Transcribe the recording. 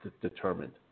determined